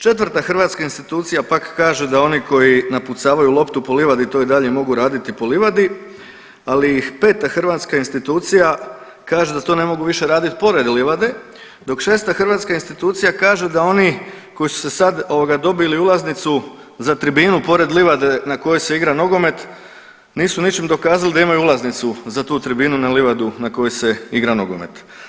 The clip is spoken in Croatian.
Četvrta hrvatska institucija pak kaže da oni koji napucavaju loptu po livadi to i dalje mogu raditi po livadi, ali ih peta hrvatska institucija kaže da to ne mogu više radit pored livade, dok šesta hrvatska institucija kaže da oni koji su sad ovoga dobili ulaznicu za tribinu pored livade na kojoj se igra nogomet nisu ničim dokazali da imaju ulaznicu za tu tribinu na livadu na kojoj se igra nogomet.